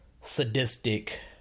sadistic